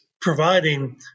providing